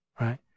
right